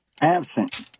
Absent